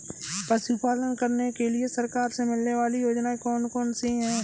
पशु पालन करने के लिए सरकार से मिलने वाली योजनाएँ कौन कौन सी हैं?